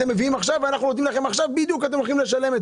את מביאים עכשיו ואנחנו נותנים לכם עכשיו ואתם הולכים לשלם.